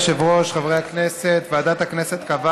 יושב-ראש ועדת הכנסת,